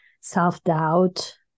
self-doubt